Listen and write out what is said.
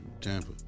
Tampa